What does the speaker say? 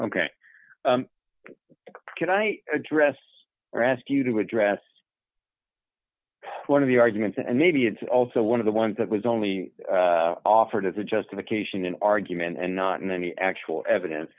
ok can i address or ask you to address one of the arguments and maybe it's also one of the ones that was only offered as a justification in argument and not in any actual evidence